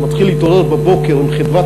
הוא מתחיל להתעורר בבוקר עם חדוות